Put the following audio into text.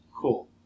Cool